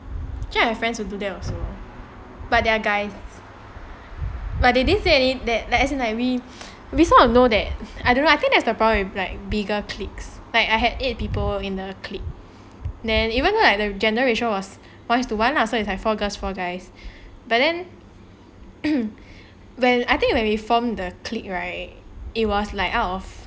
actually I have friends who do that also but they are guys but they didn't say any bad as in like we sort of know that I think that's the problem with like bigger cliques like I had eight people in the clique then even though like the gender ratio was one is to one lah so it's like four girls four guys but then when I think when we form the clique right it was like out of